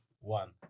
one